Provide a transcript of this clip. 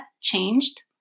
changed